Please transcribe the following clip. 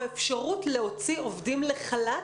האפשרות להוציא עובדים לחל"ת,